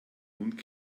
nun